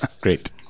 Great